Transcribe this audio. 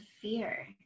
fear